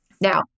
Now